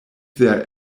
there